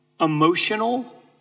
emotional